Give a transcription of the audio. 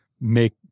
make